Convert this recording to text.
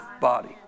body